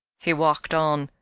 he walked on,